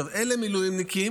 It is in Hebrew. אלה מילואימניקים